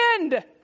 end